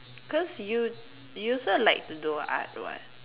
cause you you also like to do art [what]